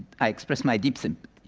i express my deep so and